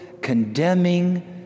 condemning